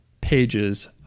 pages